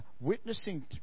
witnessing